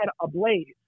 ablaze